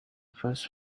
first